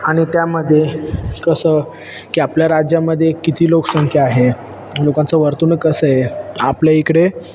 आणि त्यामध्ये कसं की आपल्या राज्यामध्ये किती लोकसंख्या आहे लोकांचं वर्तणूक कसं आहे आपल्या इकडे